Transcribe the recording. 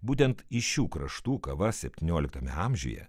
būtent iš šių kraštų kava septynioliktame amžiuje